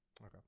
Okay